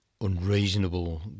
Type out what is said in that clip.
unreasonable